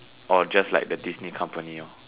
or just like the Disney company hor